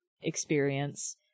experience